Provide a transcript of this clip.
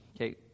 Okay